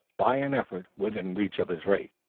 by an effort, within reach of his rake,